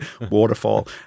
waterfall